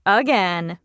again